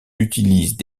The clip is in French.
utilisent